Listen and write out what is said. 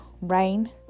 rain